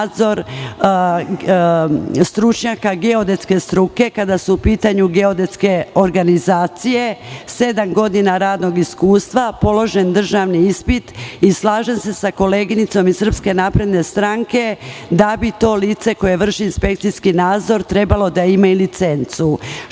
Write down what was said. stručnjaka geodetske struke, kada su u pitanju geodetske organizacije, sedam godina radnog iskustva, položen državni ispit i slažem se sa koleginicom iz SNS, da bi to lice koje vrši inspekcijski nadzor trebalo da ima i licencu. Što